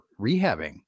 rehabbing